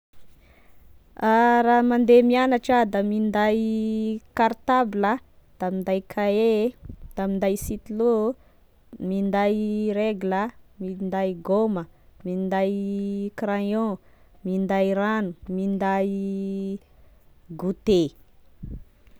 Raha mande miagnatry ah da minday kartabla da minday kahie da minday sitilô minday regla, minday gôma minday crayon minday ragno, minday gote.